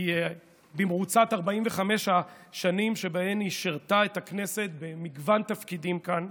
במרוצת 45 שנים שבהן היא שירתה את הכנסת במגוון תפקידים כאן,